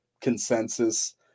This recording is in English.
consensus